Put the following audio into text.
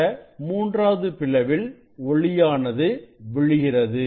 இந்த மூன்றாவது பிளவில் ஒளியானது விழுகிறது